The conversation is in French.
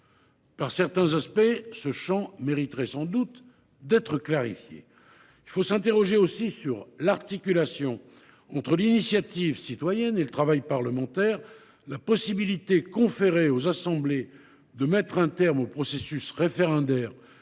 Par certains aspects, ce champ mériterait sans doute d’être clarifié. Il convient aussi de s’interroger sur l’articulation entre l’initiative citoyenne et le travail parlementaire. La possibilité conférée aux assemblées de mettre un terme au processus référendaire